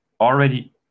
already